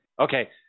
Okay